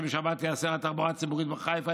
שבשבת תיאסר התחבורה הציבורית בחיפה,